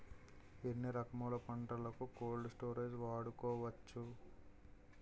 ఎన్ని రకములు పంటలకు కోల్డ్ స్టోరేజ్ వాడుకోవచ్చు?